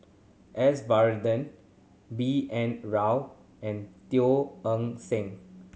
S Varathan B N Rao and Teo Eng Seng